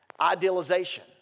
Idealization